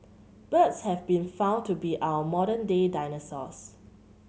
birds have been found to be our modern day dinosaurs